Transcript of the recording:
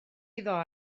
iddo